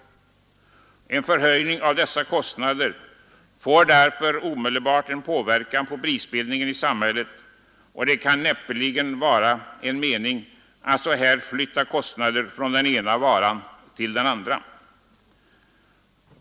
En förhöjning av dessa kostnader får därför omedelbart en inverkan på prisbildningen i samhället, och det kan näppeligen vara meningsfullt att på detta sätt flytta kostnader från den ena varan till den andra.